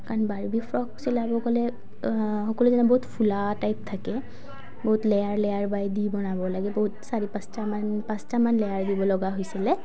কাৰণ Barbie frock চিলাব গ'লে সকলোৱে জানে বহুত ফুলা টাইপ থাকে বহুত লেয়াৰ লেয়াৰ বাই দি বনাব লাগে বহুত চাৰি পাঁচটামান পাঁচটামান লেয়াৰ দিব লগা হৈছিলে